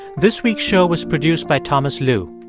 this week's show was produced by thomas lu.